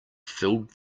filled